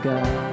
God